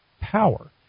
power